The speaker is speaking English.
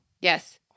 Yes